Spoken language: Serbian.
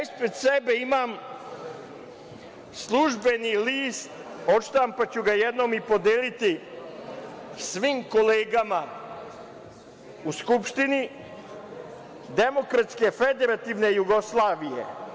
Ispred sebe imam „Službeni list“, odštampaću ga jednom i podeliti svim kolegama u Skupštini, Demokratske Federativne Jugoslavije.